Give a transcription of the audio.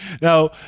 Now